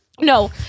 No